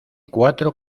cuatro